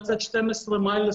לצאת 12 מייל,